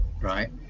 Right